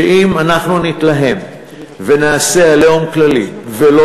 אם אנחנו נתלהם ונעשה "עליהום" כללי ולא